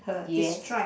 yes